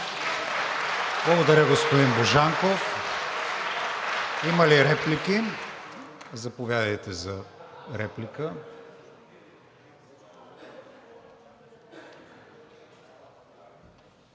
Благодаря, господин Божанков. Има ли реплики? Заповядайте за реплика.